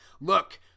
look